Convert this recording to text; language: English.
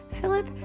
Philip